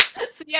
that's it! yeah